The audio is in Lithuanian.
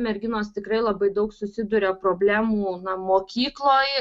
merginos tikrai labai daug susiduria problemų na mokykloj